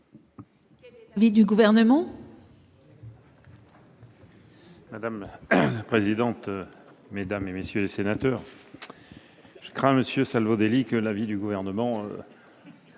Quel est l'avis du Gouvernement ?